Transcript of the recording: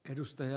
edustaja